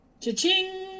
Cha-ching